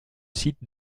site